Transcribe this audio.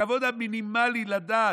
הכבוד המינימלי לדת.